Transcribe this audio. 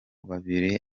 babiri